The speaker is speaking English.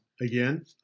Again